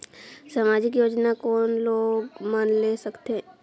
समाजिक योजना कोन लोग मन ले सकथे?